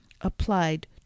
applied